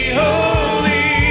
holy